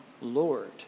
Lord